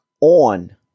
on